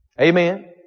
Amen